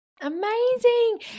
Amazing